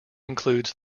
includes